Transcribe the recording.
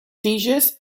tiges